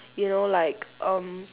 you know like um